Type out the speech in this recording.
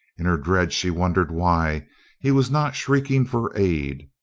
in her dread she wondered why he was not shrieking for aid,